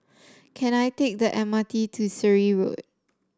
can I take the M R T to Surrey Road